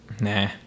Nah